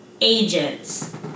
agents